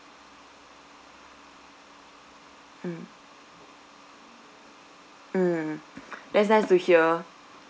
mm mm that's nice to hear